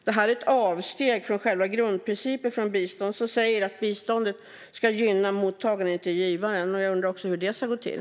Det är ett avsteg från själva grundprincipen för bistånd, som säger att biståndet ska gynna mottagaren och inte givaren. Jag undrar hur det ska gå till.